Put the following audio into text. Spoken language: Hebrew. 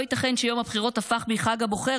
לא ייתכן שיום הבחירות הפך מחג הבוחר